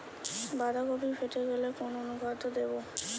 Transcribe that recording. বাঁধাকপি ফেটে গেলে কোন অনুখাদ্য দেবো?